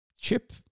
Chip